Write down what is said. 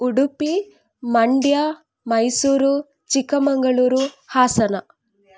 Udupi Mandya Mysuru Chikkamagaluru Hassan